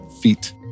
feet